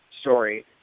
story